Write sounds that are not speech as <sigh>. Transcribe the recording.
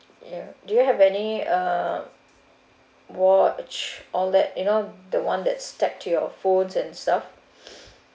ya do you have any uh watch all that you know the one that's tagged to your phones and stuff <breath>